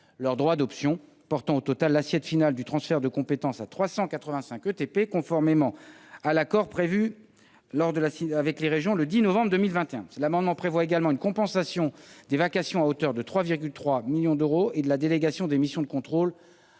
leur droit d’option, portant l’assiette finale du transfert de compétences à 385 ETP, conformément à l’accord conclu avec les régions le 10 novembre 2021. Est également prévue dans cet amendement une compensation des vacations, à hauteur de 3,3 millions d’euros, et de la délégation des missions de contrôle,